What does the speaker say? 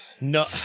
No